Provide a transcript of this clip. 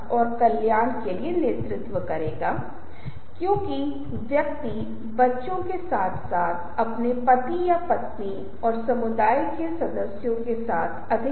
तो संदेश की पक्षधरता एक सकारात्मक पक्षीय या नकारात्मक पक्षीय निष्कर्ष है जो आप संदेश 22 35 प्रस्तुति का क्रम प्रधानता बनाम राजप्रतिनिधि का पद रीजेंसी Regency से आकर्षित करते हैं